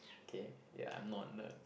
okay ya I'm not a nerd